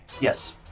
yes